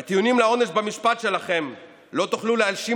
בטיעונים לעונש במשפט שלכם לא תוכלו להאשים